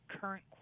current